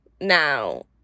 now